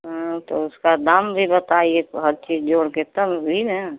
हाँ तो उसका दाम भी बताइए हर चीज जोड़ कर तब भी न